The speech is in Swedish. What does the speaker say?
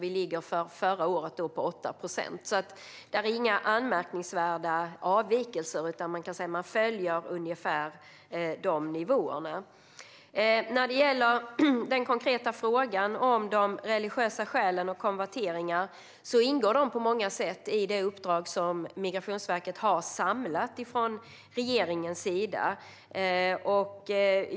Vi ligger för förra året på 8 procent. Det är alltså inga anmärkningsvärda avvikelser, utan man följer ungefär de nivåerna. När det gäller den konkreta frågan om religiösa skäl och konverteringar ingår detta på många sätt i det samlade uppdrag som Migrationsverket har från regeringen.